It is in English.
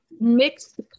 mixed